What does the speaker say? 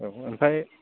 औ ओमफ्राय